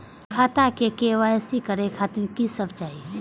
खाता के के.वाई.सी करे खातिर की सब चाही?